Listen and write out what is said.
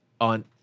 On